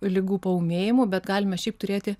ligų paūmėjimu bet galime šiaip turėti